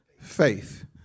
faith